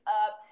up